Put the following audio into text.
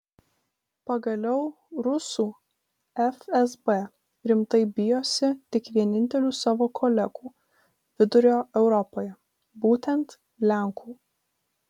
pagaliau rusų fsb rimtai bijosi tik vienintelių savo kolegų vidurio europoje būtent lenkų